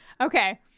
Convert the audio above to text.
Okay